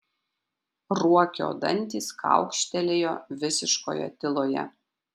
ruokio dantys kaukštelėjo visiškoje tyloje